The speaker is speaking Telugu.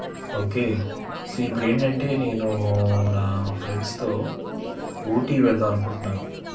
ఓకే సీ ఇప్పుడు ఏంటంటే నేను నా ఫ్రెండ్స్తో ఊటీ వెళ్దాం అనుకుంటున్నాను